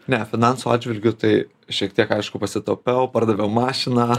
ne finansų atžvilgiu tai šiek tiek aišku pasitaupiau pardaviau mašiną